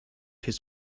his